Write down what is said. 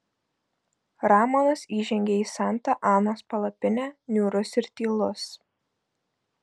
ramonas įžengė į santa anos palapinę niūrus ir tylus